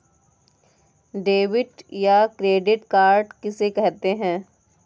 Debit या credit card किसे कहते हैं?